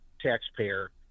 taxpayer